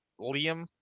liam